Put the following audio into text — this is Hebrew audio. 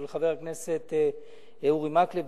של חברי הכנסת אורי מקלב,